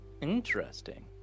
Interesting